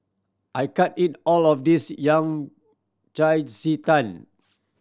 I can't eat all of this yang cai ji tang